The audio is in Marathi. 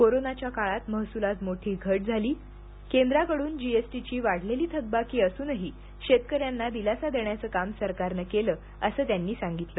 कोरोनाच्या काळात महसूलात मोठी घट झाली केंद्राकडून जीएसटीची वाढलेली थकबाकी असूनही शेतकऱ्यांना दिलासा देण्याचं काम सरकारने केले असे त्यांनी सांगितले